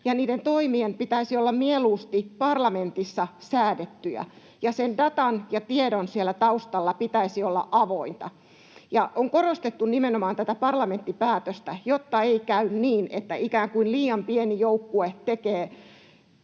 ja niiden toimien pitäisi olla mieluusti parlamentissa säädettyjä ja sen datan ja tiedon siellä taustalla pitäisi olla avointa. On korostettu nimenomaan tätä parlamenttipäätöstä, jotta ei käy niin, että ikään kuin liian pieni joukkue tekee